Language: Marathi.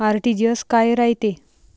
आर.टी.जी.एस काय रायते?